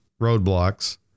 roadblocks